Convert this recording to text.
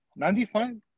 95